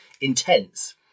intense